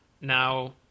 now